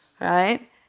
right